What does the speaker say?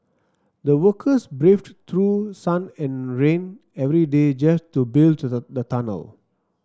the workers braved through sun and rain every day just to build the the tunnel